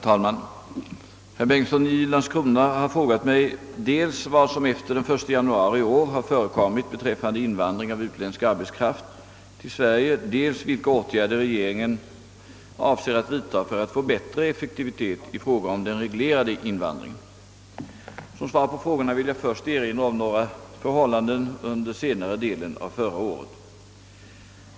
Herr talman! Herr Bengtsson i Landskrona har frågat mig, dels vad som efter den 1 januari i år har förekommit beträffande invandring av utländsk arbetskraft till Sverige, dels vilka åtgärder regeringen avser att vidta för att få bättre effektivitet i fråga om den reglerade invandringen. Som svar på frågorna vill jag först erinra om några förhållanden under senare delen av förra året.